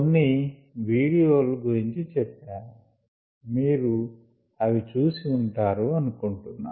కొన్ని వీడియోల గురించి చెప్పను మీరు అవి చూసి ఉంటారు అనుకొంటున్నా